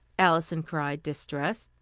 alison cried, distressed.